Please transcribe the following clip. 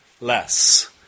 less